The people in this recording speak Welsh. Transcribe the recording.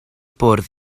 bwrdd